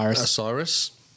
Osiris